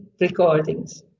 recordings